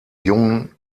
jungen